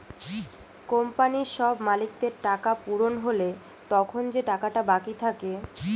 কোম্পানির সব মালিকদের টাকা পূরণ হলে তখন যে টাকাটা বাকি থাকে